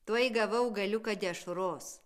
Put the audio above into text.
tuoj gavau galiuką dešros